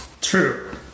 True